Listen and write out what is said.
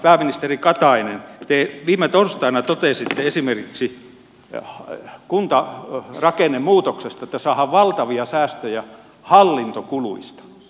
pääministeri katainen te viime torstaina totesitte kuntarakennemuutoksesta että saadaan valtavia säästöjä hallintokuluista